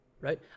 Right